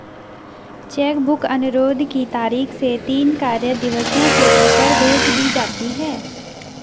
check book अनुरोध की तारीख से तीन कार्य दिवसों के भीतर भेज दी जाती है